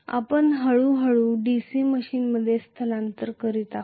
आपण हळू हळू DC मशीनमध्ये स्थलांतर करत आहोत